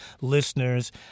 listeners